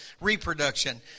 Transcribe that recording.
reproduction